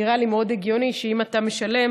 נראה לי מאוד הגיוני שאם אתה משלם,